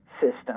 system